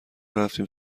رفتیم